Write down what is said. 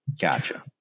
Gotcha